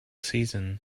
season